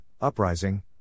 uprising